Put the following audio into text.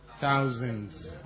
Thousands